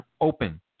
open